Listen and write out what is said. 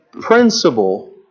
principle